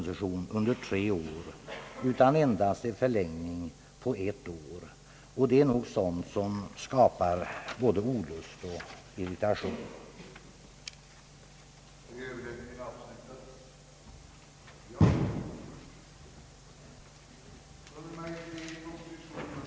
rätt för honom att under tid då riksdagen är samlad åtnjuta arvode enligt löneklass A 21 jämte de avlöningsförmåner i övrigt som skulle ha tillkommit honom, om han varit extra tjänsteman i lönegrad Ae 21.